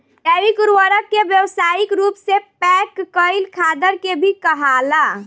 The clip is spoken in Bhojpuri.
जैविक उर्वरक के व्यावसायिक रूप से पैक कईल खादर के भी कहाला